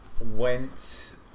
went